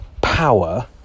power